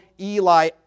Eli